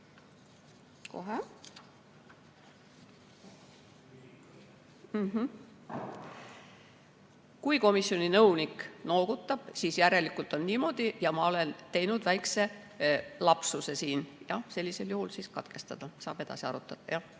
Kohe-kohe. Kui komisjoni nõunik noogutab, siis järelikult on niimoodi ja ma olen teinud väikese lapsuse. Jah, sellisel juhul siis katkestada. Saab edasi arutada,